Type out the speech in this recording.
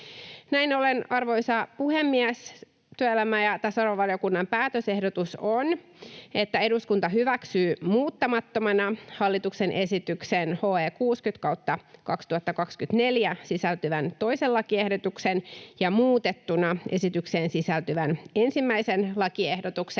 Näin ollen, arvoisa puhemies, työelämä- ja tasa-arvovaliokunnan päätösehdotus on, että eduskunta hyväksyy muuttamattomana hallituksen esitykseen HE 60/2024 sisältyvän toisen lakiehdotuksen ja muutettuna esitykseen sisältyvän ensimmäisen lakiehdotuksen.